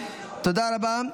תודה רבה.